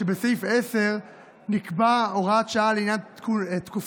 ובסעיף 10 נקבעה הוראת שעה לעניין תקופת